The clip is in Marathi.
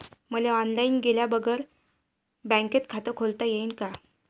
मले ऑनलाईन गेल्या बगर बँकेत खात खोलता येईन का?